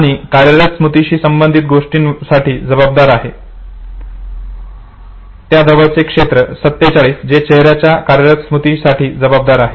आणि कार्यरत स्मृतीशी संबंधित गोष्टींसाठी जबाबदार आहे त्या जवळचे क्षेत्र आहे 47 जे चेहऱ्याच्या कार्यरत स्मृतीसाठी जबाबदार आहे